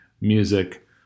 music